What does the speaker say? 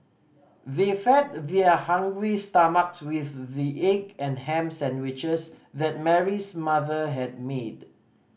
they fed their hungry stomachs with the egg and ham sandwiches that Mary's mother had made